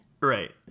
Right